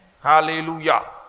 Hallelujah